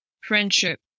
friendship